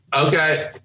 Okay